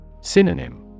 Synonym